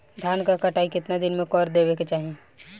धान क कटाई केतना दिन में कर देवें कि चाही?